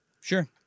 Sure